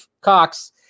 Cox